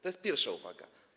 To jest pierwsza uwaga.